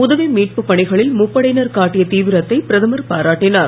உதவி மீட்பு பணிகளில் முப்படையினர் காட்டிய தீவிரத்தை பிரதமர் பாராட்டினார்